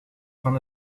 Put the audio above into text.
van